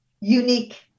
unique